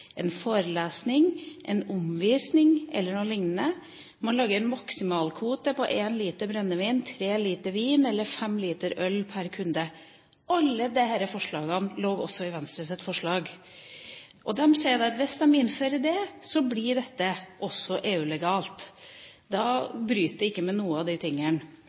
en forelesning, en omvisning eller noe liknende. Man lager en maksimalkvote på en liter brennevin, tre liter vin eller fem liter øl per kunde. Alt dette lå også i Venstres forslag. De sier at hvis de innfører dette, blir det også EU-legalt. Da bryter det ikke med noen av de tingene.